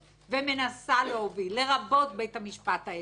ומנסה להוביל, לרבות בית המשפט העליון.